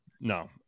No